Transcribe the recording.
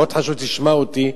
מאוד חשוב שתשמע אותי,